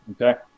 Okay